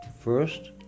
First